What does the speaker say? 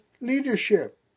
leadership